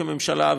כממשלה,